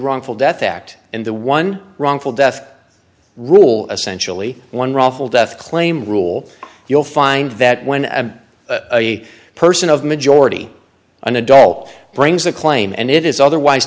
wrongful death act and the one wrongful death rule essential e one wrongful death claim rule you'll find that when a person of majority an adult brings a claim and it is otherwise